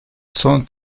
son